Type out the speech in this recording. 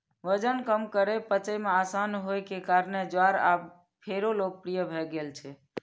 वजन कम करै, पचय मे आसान होइ के कारणें ज्वार आब फेरो लोकप्रिय भए गेल छै